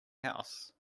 house